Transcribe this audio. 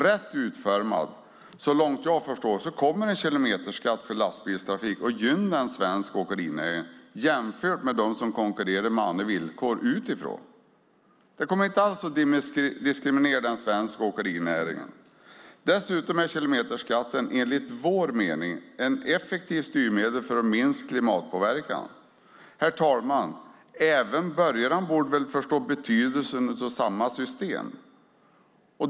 Rätt utformad kommer en kilometerskatt på lastbilstrafik, så långt jag förstår, att gynna den svenska åkerinäringen jämfört med dem som konkurrerar på andra villkor utifrån. Det kommer inte alls att diskriminera den svenska åkerinäringen. Dessutom är kilometerskatten enligt vår mening ett effektivt styrmedel för att minska klimatpåverkan. Även borgarna, herr talman, borde väl förstå betydelsen av att ha samma system.